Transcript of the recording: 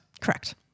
correct